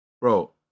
bro